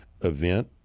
event